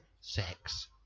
sex